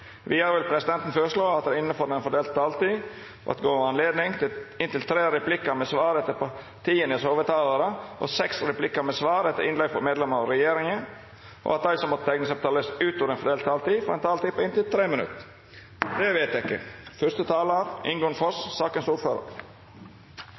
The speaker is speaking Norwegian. Vidare vil presidenten føreslå at det – innanfor den fordelte taletida – vert gjeve anledning til inntil tre replikkar med svar etter hovudtalarane til partia og seks replikkar med svar etter innlegg frå medlemer av regjeringa. Vidare vert det føreslått at dei som måtte teikna seg på talarlista utover den fordelte taletida, får ei taletid på inntil 3 minutt. – Det er vedteke.